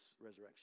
resurrection